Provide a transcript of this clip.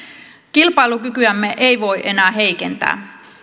kilpailukykyämme ei voi enää heikentää